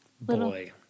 Boy